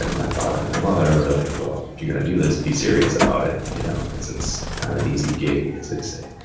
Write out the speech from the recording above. like my father and my mother were like, well, if you're going to do this, be serious about it. you know, cause it's not an easy gig, as they say.